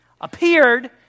Appeared